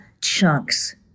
chunks